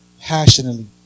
passionately